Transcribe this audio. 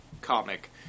comic